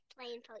playing